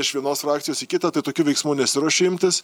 iš vienos frakcijos į kitą tai tokių veiksmų nesiruošiu imtis